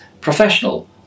professional